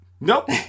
nope